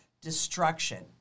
destruction